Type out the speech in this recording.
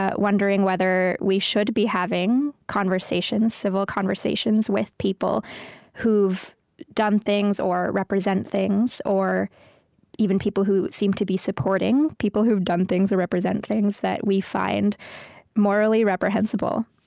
ah wondering whether we should be having conversations, civil conversations, with people who've done things or represent things or even people who seem to be supporting people who've done things or represent things that we find morally reprehensible.